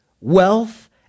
wealth